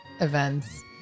events